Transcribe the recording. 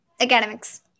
academics